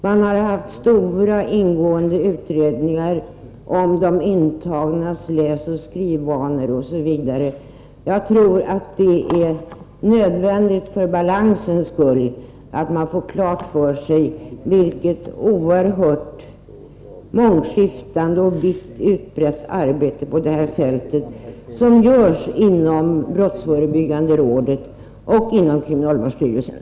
Man har haft stora ingående utredningar om de intagnas läsoch skrivvanor osv. Jag tror att det för balansens skull är nödvändigt att man får klart för sig vilket oerhört mångskiftande och vitt förgrenat arbete på det här fältet som görs inom brottsförebyggande rådet och inom kriminalvårdsstyrelsen.